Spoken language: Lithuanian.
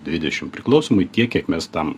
dvidešim priklausomai tiek kiek mes tam